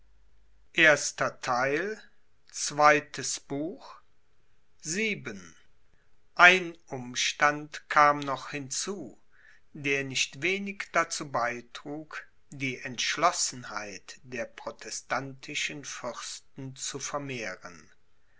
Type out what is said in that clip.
ein umstand kam noch hinzu der nicht wenig dazu beitrug die entschlossenheit der protestantischen fürsten zu vermehren